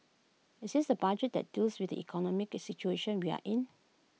is this A budget that deals with the economic situation we are in